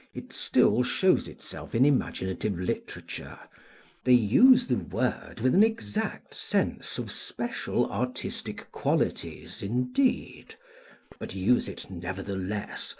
it still shows itself in imaginative literature, they use the word, with an exact sense of special artistic qualities, indeed but use it, nevertheless,